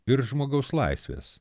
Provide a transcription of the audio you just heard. ir žmogaus laisvės